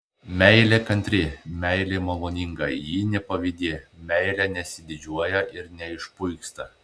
meilė kantri meilė maloninga ji nepavydi meilė nesididžiuoja ir neišpuiksta